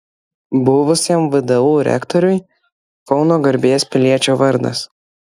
buvusiam vdu rektoriui kauno garbės piliečio vardas